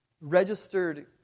registered